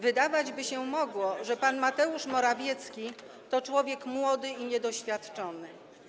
Wydawać by się mogło, że pan Mateusz Morawiecki to człowiek młody i niedoświadczony.